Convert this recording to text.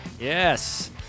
Yes